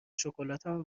شکلاتمو